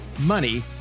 money